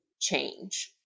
change